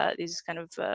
ah these kind of ah,